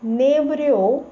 नेवऱ्यो